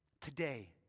today